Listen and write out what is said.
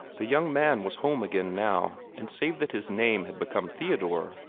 the young man was home again now, and save that his name had become theodore,